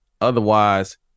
Otherwise